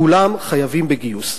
כולם חייבים בגיוס.